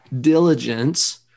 diligence